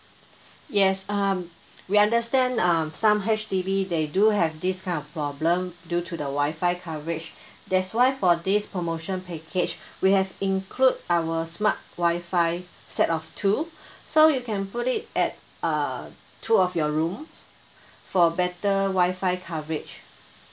yes um we understand um some H_D_B they do have this kind of problem due to the wi-fi coverage that's why for this promotion package we have include our smart wi-fi set of two so you can put it at uh two of your room for better wi-fi coverage